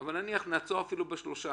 אבל נניח, נעצור אפילו ב-13%.